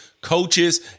coaches